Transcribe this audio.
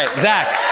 zach.